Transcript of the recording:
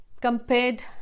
compared